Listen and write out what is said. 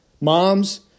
Moms